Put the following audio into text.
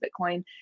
Bitcoin